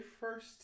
first